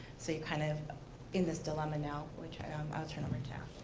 so you're kind of in this dilemma now, which i'll i'll turn over to